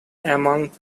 amount